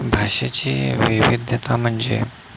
भाषेची विविधता म्हणजे